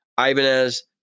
Ibanez